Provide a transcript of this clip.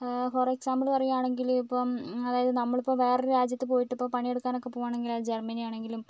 ഇപ്പോൾ for example പറയുവാണെങ്കിൽ ഇപ്പം അതായത് നമ്മളിപ്പോൾ വേറൊരു രാജ്യത്ത് പോയിട്ട് ഇപ്പോൾ പണിയെടുക്കാനൊക്കെ പോവുവാണെങ്കിൽ അത് ജർമനി ആണെങ്കിലും